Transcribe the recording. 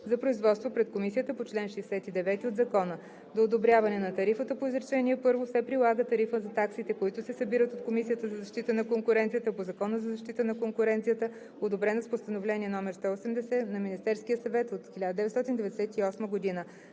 за производства пред комисията по чл. 69 от закона. До одобряване на тарифата по изречение първо се прилага тарифа за таксите, които се събират от Комисията за защита на конкуренцията по Закона за защита на конкуренцията (ДВ, бр. 54 от 2006 г.), одобрена с Постановление № 180 на Министерския съвет от 1998 г.